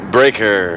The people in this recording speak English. Breaker